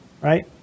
right